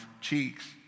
cheeks